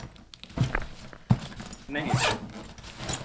नेईं यरो